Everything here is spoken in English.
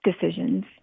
decisions